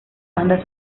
bandas